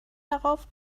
darauf